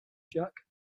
jack